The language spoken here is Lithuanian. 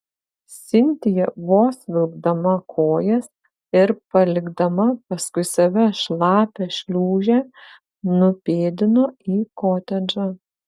sintija vos vilkdama kojas ir palikdama paskui save šlapią šliūžę nupėdino į kotedžą